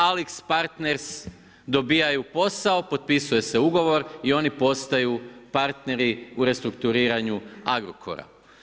AlixPartners dobivaju posao, potpisuje se ugovor i oni postaju partneri u restrukturiranju Agrokora.